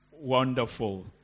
Wonderful